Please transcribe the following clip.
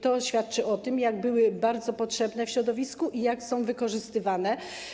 To świadczy o tym, jak były one bardzo potrzebne w środowisku i jak są wykorzystywane.